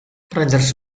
prendersi